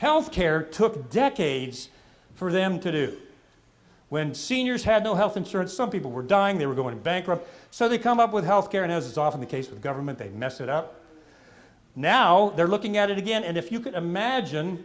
health care took decades for them to do when seniors had no health insurance some people were dying they were going bankrupt so they come up with health care and as is often the case of government they mess it up now they're looking at it again and if you can imagine